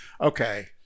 okay